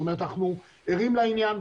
אנחנו ערים לעניין,